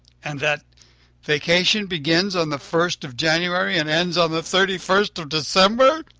and that vacation begins on the first of january and ends on the thirty-first of december?